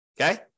Okay